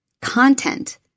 content